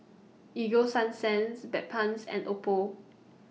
Ego Sunsense Bedpans and Oppo